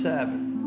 Sabbath